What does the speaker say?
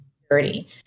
security